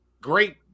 Great